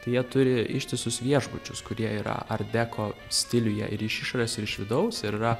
tai jie turi ištisus viešbučius kurie yra art deko stiliuje ir iš išorės ir iš vidaus ir yra